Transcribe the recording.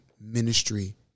ministry